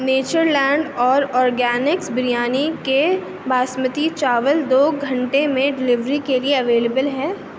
nature land اور organics biryani کے باسمتی چاول دو گھنٹے میں ڈیلیوری کے لیے اویلیبل ہیں